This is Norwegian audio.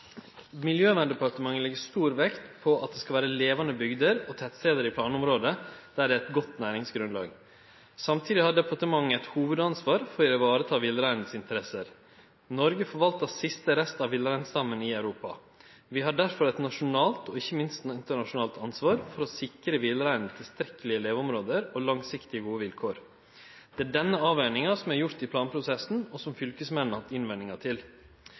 Miljøverndepartementet legg stor vekt på at det skal vere levande bygder og tettstader i planområdet, det er eit godt næringsgrunnlag. Samtidig har departementet eit hovudansvar for å vareta villreinen sine interesser. Noreg forvaltar siste rest av villreinstammen i Europa. Vi har derfor eit nasjonalt – og ikkje minst eit internasjonalt – ansvar for å sikre villreinen tilstrekkelege leveområde og langsiktige gode vilkår. Det er denne avveginga som er gjort i planprosessen, og som fylkesmennene har hatt innvendingar til.